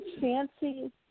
Fancy